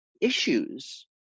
issues